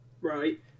Right